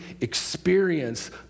experience